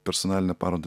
personalinę parodą